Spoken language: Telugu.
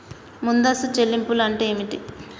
ముందస్తు చెల్లింపులు అంటే ఏమిటి?